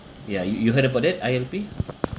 ya you you heard about it I_L_P